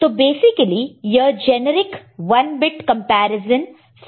तो बेसिकली यह generic 1 bit comparison circuit है